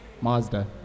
Mazda